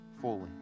fully